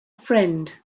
friend